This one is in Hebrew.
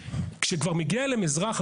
כשמגיע אליהם אזרח,